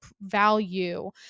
value